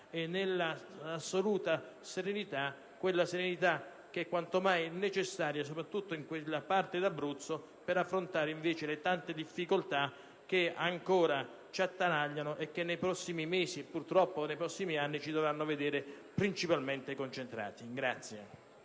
e nell'assoluta serenità. Una serenità che è quanto mai necessaria, soprattutto in quella parte dell'Abruzzo, per affrontare invece le tante difficoltà che ancora ci attanagliano e sulle quali nei prossimi mesi, e purtroppo nei prossimi anni, dovremo concentrarci principalmente. *(Applausi dal